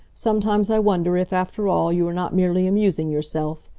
sometimes i wonder if, after all, you are not merely amusing yourself.